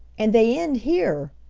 and they end here!